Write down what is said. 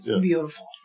Beautiful